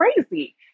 crazy